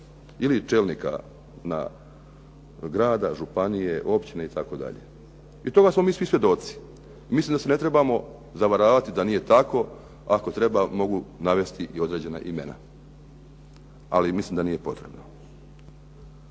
ili čelnika grada, županije, općine itd. I toga smo mi svi svjedoci. Mislim da se ne trebamo zavaravati da nije tako. Ako treba mogu navesti i određena imena. Ali mislim da nije potrebno.